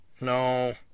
no